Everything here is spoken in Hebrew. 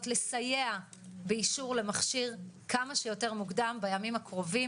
לסייע באישור למכשיר כמה שיותר מוקדם בימים הקרובים,